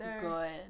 good